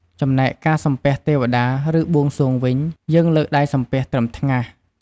ចំណែកការសំពះទេវតា ឬបួងសួងវិញ យើងលើកដៃសំពះត្រឹមថ្ងាស។